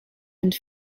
and